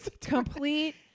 Complete